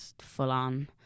full-on